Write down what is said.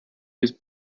was